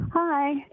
Hi